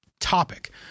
topic